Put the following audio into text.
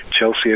Chelsea